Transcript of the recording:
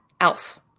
else